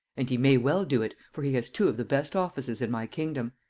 and he may well do it, for he has two of the best offices in my kingdom.